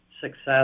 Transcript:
success